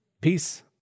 Peace